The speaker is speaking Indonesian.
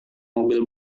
mobil